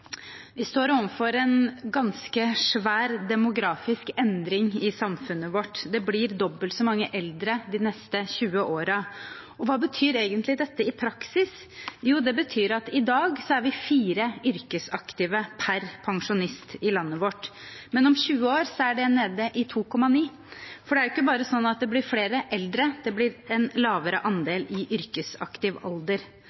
Vi står overfor en ganske svær demografisk endring i samfunnet vårt, det blir dobbelt så mange eldre de neste 20 årene, og hva betyr egentlig dette i praksis? Jo, det betyr at vi i dag er fire yrkesaktive per pensjonist i landet vårt, men om 20 år er det nede i 2,9. For det blir ikke bare flere eldre, det blir også en lavere andel i yrkesaktiv alder. Enkelte steder vil det